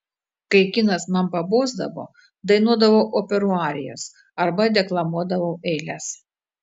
kai kinas man pabosdavo dainuodavau operų arijas arba deklamuodavau eiles